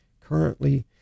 currently